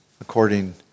according